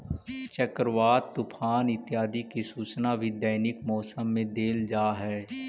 चक्रवात, तूफान इत्यादि की सूचना भी दैनिक मौसम में देल जा हई